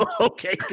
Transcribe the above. Okay